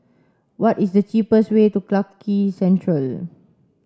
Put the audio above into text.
what is the cheapest way to Clarke Quay Central